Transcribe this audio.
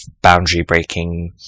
boundary-breaking